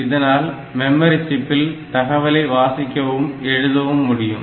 இதனால் மெமரி சிப்பில் தகவலை வாசிக்கவும் எழுதவும் முடியும்